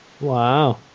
Wow